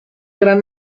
gran